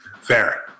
Fair